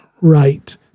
right